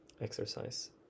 exercise